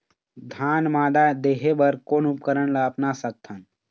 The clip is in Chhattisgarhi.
धान मादा देहे बर कोन उपकरण ला अपना सकथन?